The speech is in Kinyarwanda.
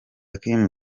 kim